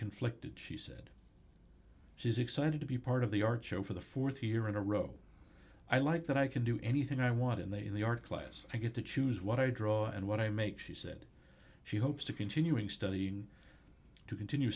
conflicted she said she's excited to be part of the art show for the th year in a row i like that i can do anything i want in the in the art class i get to choose what i draw and what i make she said she hopes to continuing studying to continue